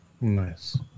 Nice